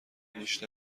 گوش